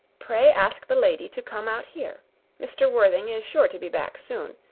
pray ask the lady to come out here mr. worthing is sure to be back soon.